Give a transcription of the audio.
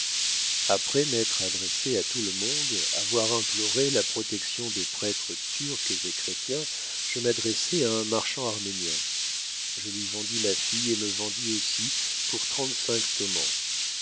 après m'être adressé à tout le monde avoir imploré la protection des prêtres turcs et chrétiens je m'adressai à un marchand arménien je lui vendis ma fille et me vendis aussi pour trente-cinq tomans